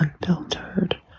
Unfiltered